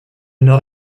nord